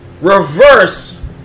reverse